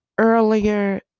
earlier